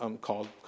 called